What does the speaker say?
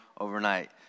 overnight